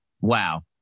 wow